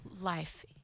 life